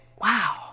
wow